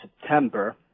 September